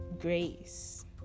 grace